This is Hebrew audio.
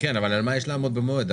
אבל על מה יש לעמוד במועד?